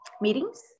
meetings